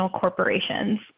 corporations